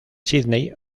sídney